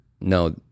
no